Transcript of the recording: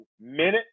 minute